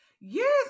Yes